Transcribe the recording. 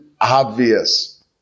obvious